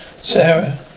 Sarah